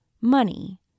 money